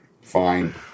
Fine